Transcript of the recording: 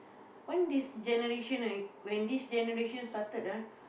when this generation right when this generation started ah